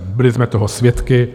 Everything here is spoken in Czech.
Byli jsme toho svědky.